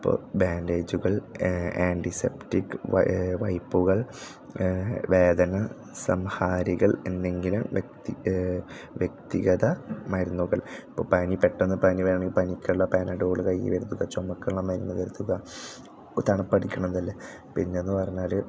ഇപ്പോൾ ബാൻഡേജുകൾ ആൻറ്റിസെപ്റ്റിക്ക് വയ് വൈപ്പുകൾ വേദന സംഹാരികൾ എന്തെങ്കിലും വ്യക്തി വ്യക്തിഗത മരുന്നുകൾ ഇപ്പം പനി പെട്ടെന്ന് പനി വരികയാണെങ്കിൽ പനിക്കുള്ള പാനഡോളുകൾ കയ്യിൽ വെച്ചു കൊണ്ട് ചുമക്കുള്ള മരുന്ന് കരുതുക ഇപ്പം തണുപ്പ് അടിക്കുന്നതല്ലേ പിന്നെയെന്ന് പറഞ്ഞാൽ